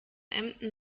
emden